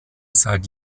seit